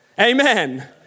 Amen